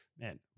Man